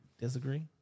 Disagree